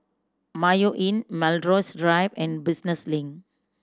Mayo Inn Melrose Drive and Business Link